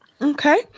Okay